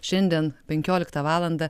šiandien penkioliktą valandą